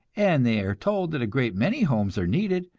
and they are told that a great many homes are needed,